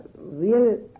real